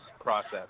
process